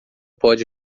pode